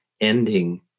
ending